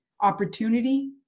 opportunity